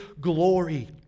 glory